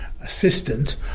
assistant